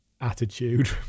attitude